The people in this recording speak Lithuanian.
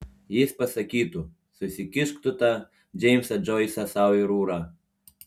jis pasakytų susikišk tu tą džeimsą džoisą sau į rūrą